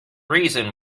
reason